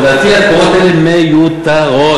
אני לא אפרט למה התקורות.